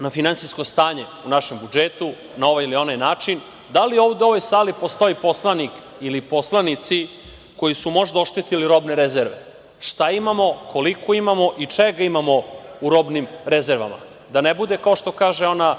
na finansijsko stanje u našem budžetu na ovaj ili onaj način, da li ovde u ovoj sali postoji poslanik ili poslanici koji su možda oštetili robne rezerve? Šta imamo, koliko imamo i čega imamo u robnim rezervama? Da ne bude kao što kaže ona